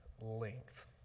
length